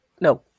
no